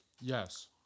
yes